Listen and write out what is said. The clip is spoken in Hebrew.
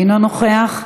אינו נוכח.